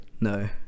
No